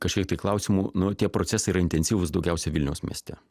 kažkiek tai klausimų nu tie procesai yra intensyvūs daugiausiai vilniaus mieste